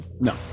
No